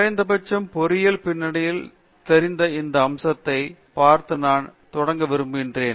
எனவே குறைந்தபட்சம் பொறியியல் பின்னணியில் தெரிந்த இந்த அம்சத்தைப் பார்த்து நான் தொடங்க விரும்புகிறேன்